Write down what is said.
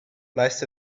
most